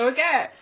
Okay